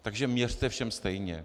Takže měřte všem stejně.